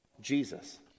Jesus